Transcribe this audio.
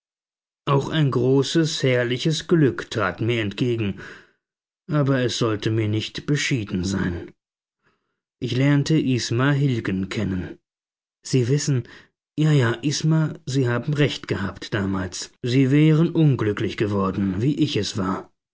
auch ein großes herrliches glück trat mir entgegen aber es sollte mir nicht beschieden sein ich lernte isma hilgen kennen sie wissen ja ja isma sie haben recht gehabt damals sie wären unglücklich geworden wie ich es war